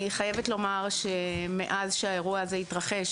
אני חייבת לומר שמאז שהאירוע הזה התרחש,